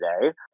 today